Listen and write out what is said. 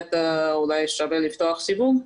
ובהחלט אולי שווה לפתוח סיווג.